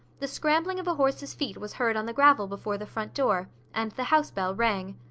the scrambling of a horse's feet was heard on the gravel before the front door, and the house-bell rang.